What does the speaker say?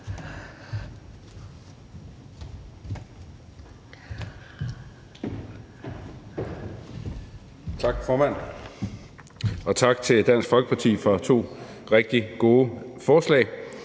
Tak, formand. Og tak til Dansk Folkeparti for to rigtig gode forslag.